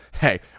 hey